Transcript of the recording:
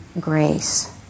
grace